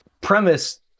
Premise